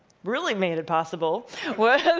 really made it possible